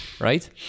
right